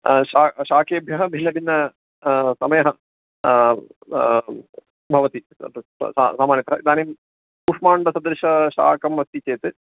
शाकं शाकेभ्यः भिन्नभिन्नसमयः भवति ते सामान्यतः अत्र इदानीं कूष्माण्डसदृशशाकम् अस्ति चेत्